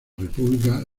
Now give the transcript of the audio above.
república